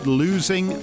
losing